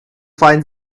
find